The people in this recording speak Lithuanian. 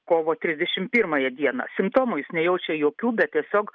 kovo trisdešimt pirmąją dieną simptomų jis nejaučia jokių bet tiesiog